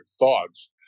thoughts